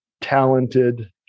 talented